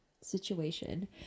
situation